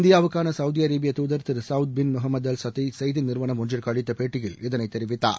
இந்தியாவுக்கான சகவதி அரேபிய தூதர் Thiru Saud bin Mohammed Al Kafi செய்தி நிறுவனம் ஒன்றுக்கு அளித்த பேட்டியில் இதனை தெரிவித்தார்